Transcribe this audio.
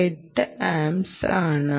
8 amps ആണ്